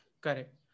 correct